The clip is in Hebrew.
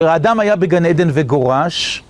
האדם היה בגן עדן וגורש.